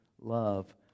love